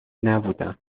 نبودم